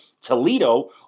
Toledo